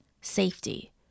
safety